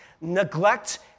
neglect